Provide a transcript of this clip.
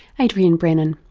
adrian brennan.